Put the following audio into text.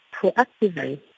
proactively